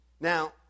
Now